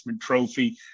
Trophy